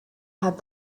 have